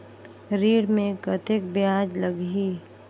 ऋण मे कतेक ब्याज लगही?